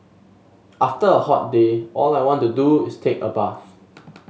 after a hot day all I want to do is take a bath